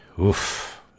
Oof